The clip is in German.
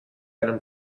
einen